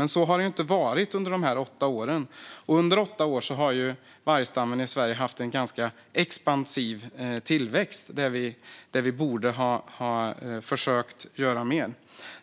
Men så har det inte varit under de här åtta åren. Under åtta år har vargstammen i Sverige haft en ganska expansiv tillväxt, och vi borde ha försökt göra mer.